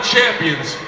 Champions